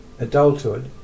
adulthood